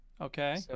okay